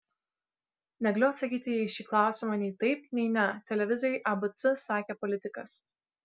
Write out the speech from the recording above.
negaliu atsakyti į šį klausimą nei taip nei ne televizijai abc sakė politikas